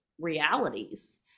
realities